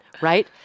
right